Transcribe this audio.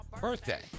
birthday